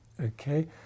okay